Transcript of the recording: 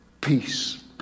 peace